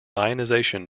ionization